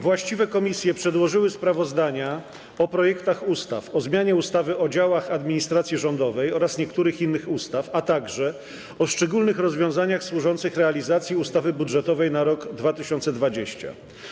Właściwie komisje przedłożyły sprawozdania o projektach ustaw: - o zmianie ustawy o działach administracji rządowej oraz niektórych innych ustaw, - o szczególnych rozwiązaniach służących realizacji ustawy budżetowej na rok 2020.